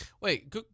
Wait